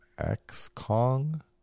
X-Kong